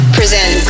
present